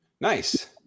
Nice